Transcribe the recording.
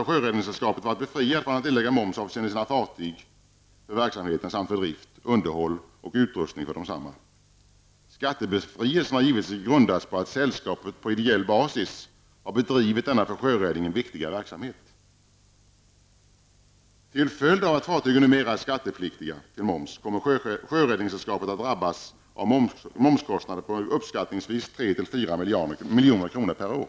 Sjöräddningssällskapet varit befriat från att erlägga moms avseende sina fartyg för verksamheten samt för drift, underhåll och utrustning för desamma. Skattebefrielsen har givetvis grundats på att sällskapet på ideell basis har bedrivit denna för sjöräddningen så viktiga verksamhet. Till följd av att fartygen numera är skattepliktiga till moms kommer Sjöräddningssällskapet att drabbas av momskostnader på uppskattningsvis 3--4 milj.kr. per år.